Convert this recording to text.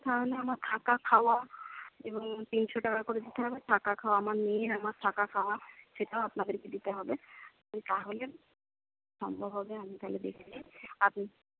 তাহলে আমার থাকা খাওয়া এবং তিনশো টাকা করে দিতে হবে থাকা খাওয়া আমার মেয়ে আমার থাকা খাওয়া সেটাও আপনাদেরকে দিতে হবে তাহলে সম্ভব হবে আমি তাহলে দেখছি আপনি